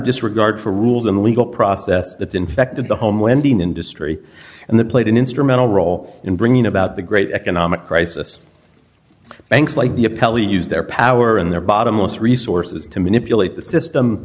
disregard for rules in the legal process that infected the home lending industry and the played an instrumental role in bringing about the great economic crisis banks like the appellee use their power and their bottomless resources to manipulate the system